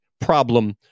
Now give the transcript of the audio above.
problem